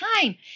time